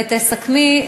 ותסכמי,